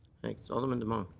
thanks. alderman demong.